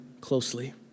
closely